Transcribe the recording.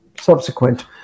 subsequent